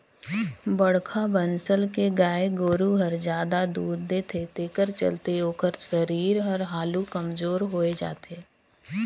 बड़खा बनसल के गाय गोरु हर जादा दूद देथे तेखर चलते ओखर सरीर हर हालु कमजोर होय जाथे